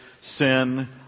sin